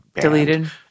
deleted